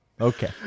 Okay